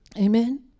Amen